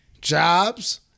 Jobs